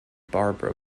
barbara